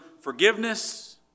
forgiveness